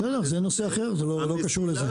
בסדר זה נושא אחר זה לא קשור לזה.